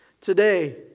Today